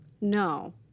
No